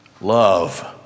Love